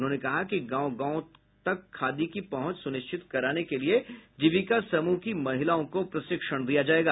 उन्होंने कहा कि गांव गांव तक खादी की पहुंच सुनिश्चित कराने के लिए जीविका समूह की महिलाओं को प्रशिक्षण दिया जायेगा